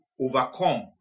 overcome